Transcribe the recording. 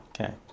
Okay